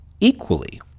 equally